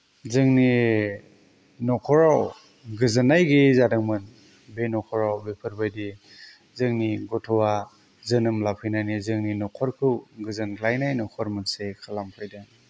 जोंनि न'खराव गोजोननाय गैयै जादोंमोन बे न'खराव बेफोरबायदि जोंनि गथ'आ जोनोम लाफैनानै जोंनि न'खरखौ गोजोनग्लायनाय न'खर मोनसे खालामफैदों